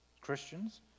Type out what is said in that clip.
Christians